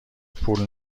پول